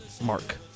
Mark